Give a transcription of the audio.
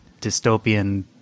dystopian